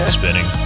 spinning